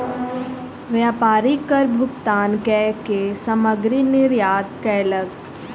व्यापारी कर भुगतान कअ के सामग्री निर्यात कयलक